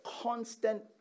constant